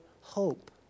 hope